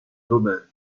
domaines